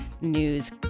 News